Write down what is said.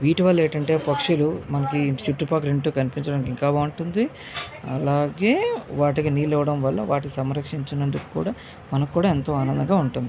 వీటి వల్ల ఏంటంటే పక్షులు మనకి చుట్టుప్రక్కల వింటూ కనిపించడానికి ఇంకా బాగుంటుంది అలాగే వాటికి నీళ్ళు ఇవ్వటం వల్ల వాటి సంరక్షించినందుకు కూడా మనకు కూడా ఎంతో ఆనందంగా ఉంటుంది